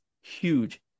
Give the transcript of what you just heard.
huge